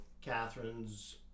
Catherine's